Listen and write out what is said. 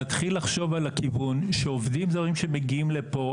להתחיל לחשוב על הכיוון שעובדים זרים שמגיעים לכאן,